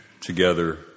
together